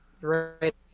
right